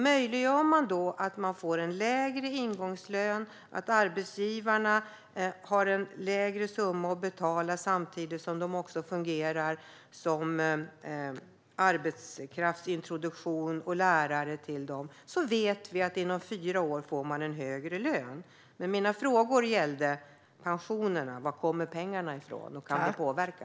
Möjliggör vi lägre ingångslön och att arbetsgivarna har en lägre summa att betala samtidigt som de fungerar som arbetskraftsintroduktion och lärare får människor högre lön inom fyra år. Det vet vi. Mina frågor gällde dock pensionerna. Var kommer pengarna ifrån, och kan vi påverka?